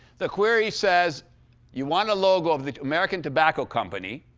the query says you want a logo of the american tobacco company.